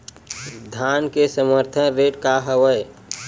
धान के समर्थन रेट का हवाय?